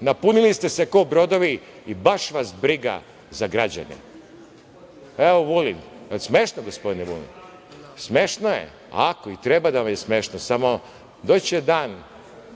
Napunili ste se ko brodovi i baš vas briga za građane. Evo Vulin, da li je smešno gospodine Vulin? Smešno je. Ako i treba da vam je smešno, samo doći će dan